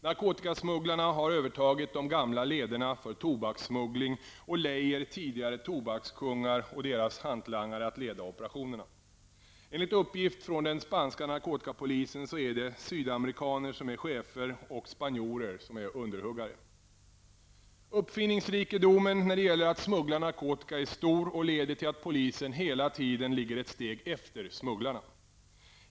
Narkotikasmugglarna har övertagit de gamla lederna för tobakssmuggling och lejer tidigare tobakskungar och deras hantlangare att leda operationerna. Enligt uppgift från den spanska narkotikapolisen är det sydamerikaner som är chefer och spanjorer som är underhuggare. Uppfinningsrikedomen när det gäller att smuggla narkotika är stor och leder till att polisen hela tiden ligger ett steg efter smugglarna.